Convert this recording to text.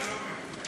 אני לא מבין.